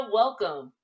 welcome